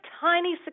tiny